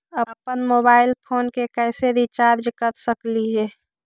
अप्पन mobile phone के कैसे रिचार्ज कर सकली हे?